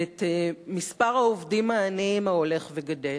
ואת מספר העובדים העניים ההולך וגדל,